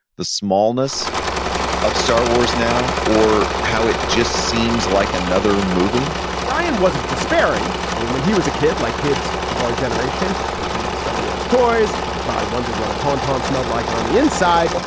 the smallness of star wars now or how it just seems like another movie brian wasn't despairing and and when he was a kid, like kids of our generation. he played with star wars toys and i wondered what a tauntaun smelled like on the inside.